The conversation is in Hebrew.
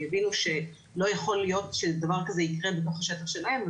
יבינו שלא יכול להיות שדבר כזה יקרה בתוך השטח שלהם,